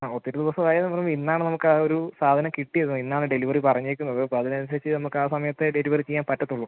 ആ ഒത്തിരി ദിവസം ആയി എന്ന് പറയുമ്പം ഇന്നാണ് നമുക്ക് ആ ഒരു സാധനം കിട്ടിയത് ഇന്നാണ് ഡെലിവറി പറഞ്ഞിരിക്കുന്നത് അപ്പം അതിനനുസരിച്ച് നമുക്ക് ആ സമയത്തേ ഡെലിവറി ചെയ്യാൻ പറ്റുള്ളൂ